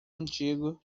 antigo